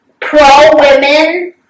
pro-women